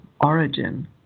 origin